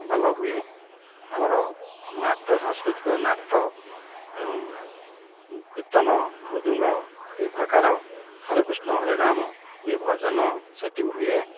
ଭଲ ହୁଏ ଆମର ନାଟ ସାଂସ୍କୃତିକ ନାଟ ଏବଂ କୀର୍ତ୍ତନ ମୃଦୁଙ୍ଗ ଏହି ପ୍ରକାର ହରେକୃଷ୍ଣ ହରେରାମ ବି ଭଜନ ସେଠି ହୁଏ